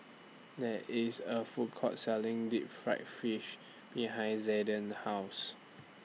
There IS A Food Court Selling Deep Fried Fish behind Zaiden's House